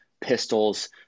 pistols